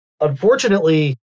Unfortunately